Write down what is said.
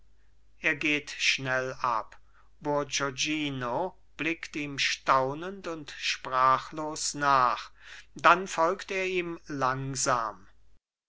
er geht schnell ab bourgognino blickt ihm staunend und sprachlos nach dann folgt er ihm langsam